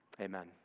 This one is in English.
Amen